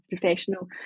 professional